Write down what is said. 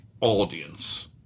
audience